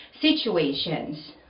situations